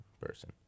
person